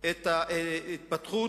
את ההתפתחות,